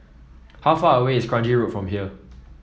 how far away is Kranji Road from here